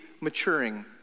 maturing